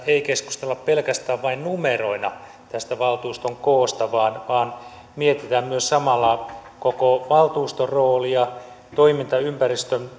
ei keskusteltaisi pelkästään numeroina tästä valtuuston koosta vaan vaan mietittäisiin samalla koko valtuuston roolia toimintaympäristön